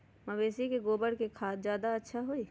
मवेसी के गोबर के खाद ज्यादा अच्छा होई?